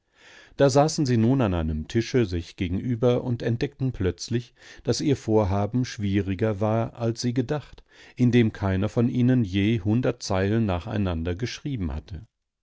da saßen sie nun an einem tische sich gegenüber und entdeckten plötzlich daß ihr vorhaben schwieriger war als sie gedacht indem keiner von ihnen je hundert zeilen nacheinander geschrieben hatte